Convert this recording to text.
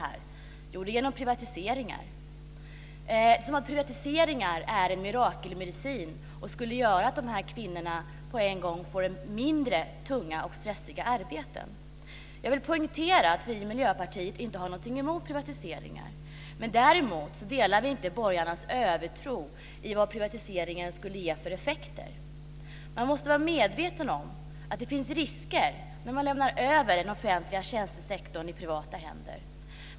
Jo, det ska ske genom privatiseringar - som att privatiseringar är en mirakelmedicin som gör att de här kvinnorna på en gång får mindre tunga och stressiga arbeten. Jag vill poängtera att vi i Miljöpartiet inte har någonting emot privatiseringar. Däremot delar vi inte borgarnas övertro på vad privatiseringar skulle ge för effekter. Man måste vara medveten om att det finns risker när man lämnar över den offentliga tjänstesektorn i privata händer.